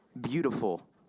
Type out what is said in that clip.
beautiful